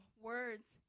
words